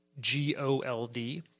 G-O-L-D